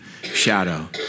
Shadow